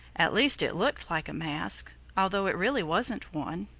at least it looked like a mask, although it really wasn't one.